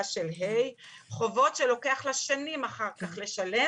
של ה' חובות שלוקח לה שנים אחר כך לשלום ולהחזיר.